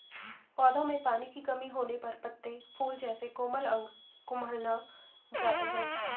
पौधों में पानी की कमी होने पर पत्ते, फूल जैसे कोमल अंग कुम्हला जाते हैं